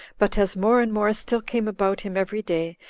but as more and more still came about him every day,